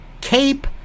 cape